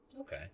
Okay